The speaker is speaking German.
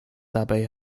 dabei